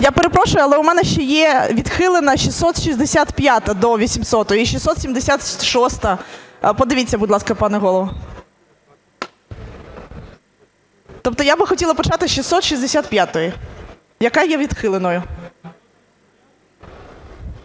Я перепрошую, але в мене ще є відхилена 665 до 800-ї, і 676-а. Подивіться, будь ласка, пане Голово. Тобто я би хотіла почати з 665-ї, яка є відхиленою.